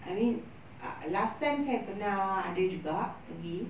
I mean uh last time saya pernah ada juga pergi